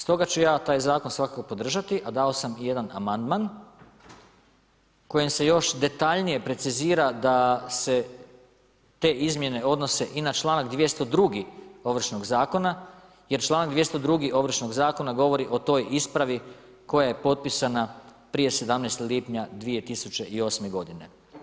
Stoga ću ja taj zakon svakako podržati, a dao sam i jedan amandman kojim se još detaljnije precizira da se te izmjene odnose i na članak 202. ovršnog zakona, jer članak 202. ovršnog zakona govori o toj ispravi koja je potpisana prije 17. lipnja 2008. godine.